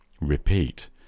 Repeat